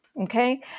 okay